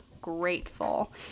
grateful